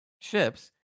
ships